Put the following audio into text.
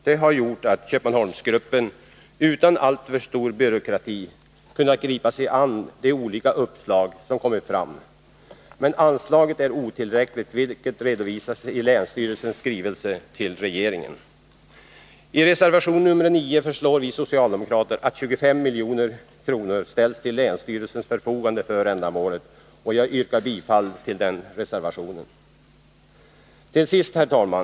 De har gjort att Köpmanholmsgruppen utan alltför stor byråkrati kunnat gripa sig an de olika uppslag som kommit fram. Men anslaget är otillräckligt, vilket redovisats i länsstyrelsens skrivelse till regeringen. I reservation nr 9 föreslår vi socialdemokrater att 25 milj.kr. ställs till länsstyrelsens förfogande för ändamålet. Jag yrkar bifall till den reservationen. Till sist, herr talman!